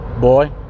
boy